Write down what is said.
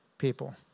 people